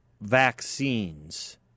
Vaccines